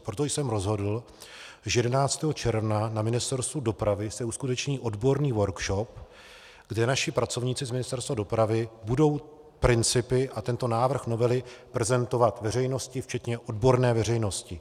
Proto jsem rozhodl, že 11. června na Ministerstvu dopravy se uskuteční odborný workshop, kde naši pracovníci z Ministerstva dopravy budou principy a tento návrh novely prezentovat veřejnosti včetně odborné veřejnosti.